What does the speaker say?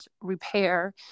repair